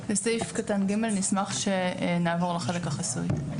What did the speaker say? לסעיף קטן (ג) נשמח כשנעבור לחלק החסוי.